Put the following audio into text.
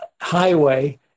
highway